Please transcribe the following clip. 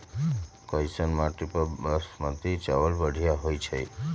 कैसन माटी पर बासमती चावल बढ़िया होई छई?